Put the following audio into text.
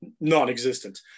non-existent